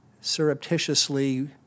surreptitiously